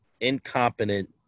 incompetent